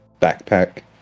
backpack